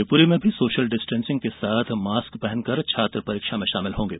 शिवपुरी में भी social distancing के साथ मॉस्क पहनकर छात्र में परीक्षा में शामिल होंगे